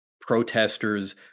protesters